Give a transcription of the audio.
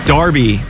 Darby